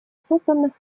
созданных